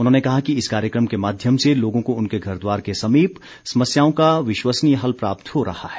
उन्होंने कहा कि इस कार्यक्रम के माध्यम से लोगों को उनके घरद्वार के समीप समस्याओं का विश्वसनीय हल प्राप्त हो रहा है